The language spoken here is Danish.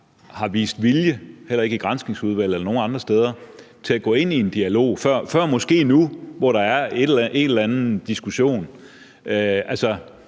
har vist nogen vilje, heller ikke i Granskningsudvalget eller nogen andre steder, til at gå ind i en dialog før måske nu, hvor der er en eller anden diskussion